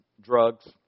drugs